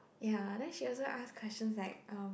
ya then she also ask questions like um